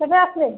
କେବେ ଆସିବେ